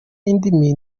indimi